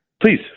Please